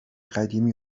قدیمی